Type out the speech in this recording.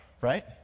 right